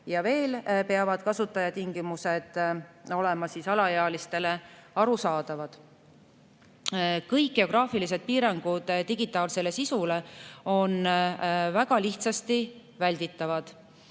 Veel peavad kasutajatingimused olema alaealistele arusaadavad. Kõik geograafilised piirangud digitaalsele sisule on väga lihtsasti välditavad